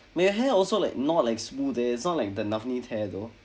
my hair also like not like smooth eh it's not like the navnee hair though